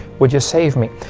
would you save me?